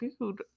dude